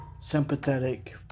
sympathetic